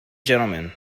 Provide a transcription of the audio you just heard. gentlemen